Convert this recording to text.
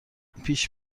پیش